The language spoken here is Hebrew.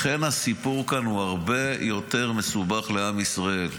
לכן הסיפור כאן הרבה יותר מסובך לעם ישראל.